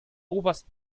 oberst